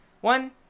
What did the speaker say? One